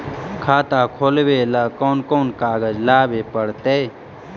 खाता खोलाबे ल कोन कोन कागज लाबे पड़तै?